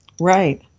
Right